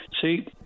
See